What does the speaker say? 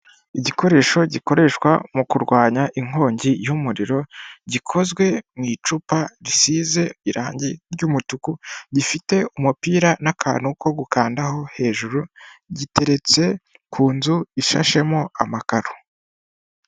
Igikoresho gikoreshwa mu kurwanya inkongi y'umuriro gikozwe mu icupa risize irangi ry'umutuku, gifite umupira n'akantu ko gukandaho hejuru giteretse ku nzu ishashemo amakaro.